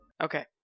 Okay